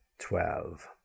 twelve